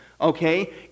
Okay